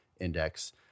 index